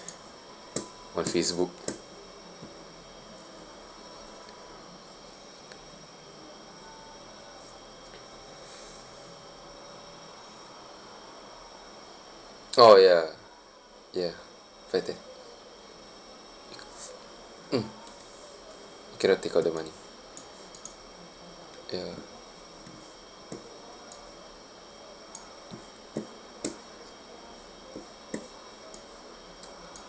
on facebook orh ya ya fighting mm cannot take out the money ya